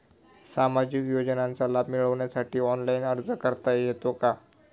सामाजिक योजनांचा लाभ मिळवण्यासाठी ऑनलाइन अर्ज करता येतो का?